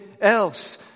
else